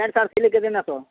pant shirt ସିଲେଇ କେତେ ନେସ